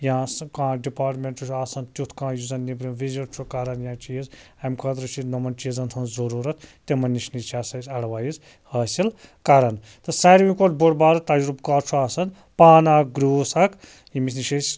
یا سُہ کانٛہہ ڈِپارٹمیٚنٛٹ چھُ آسان تیٛتھ کانٛہہ یُس زَن نیٚبرٕ وِزِٹ چھُ کران چیٖز اَمہِ خٲطرٕ چھِ نوٚمَن چیٖزَن ہنٛز ضروٗرت تِمَن نِش چھِ آسان اسہِ ایٚڈوایس حٲصِل کَران تہٕ ساروٕے کھۄتہٕ بوٚڑ بارٕ تَجربہٕ کار چھُ آسان پانہٕ اکھ گِروٗس اَکھ ییٚمِس نِش أسۍ